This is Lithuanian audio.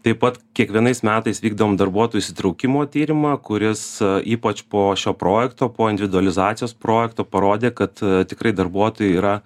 taip pat kiekvienais metais vykdom darbuotojų įsitraukimo tyrimą kuris ypač po šio projekto po individualizacijos projekto parodė kad tikrai darbuotojai yra